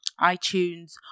iTunes